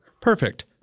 Perfect